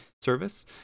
service